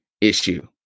issue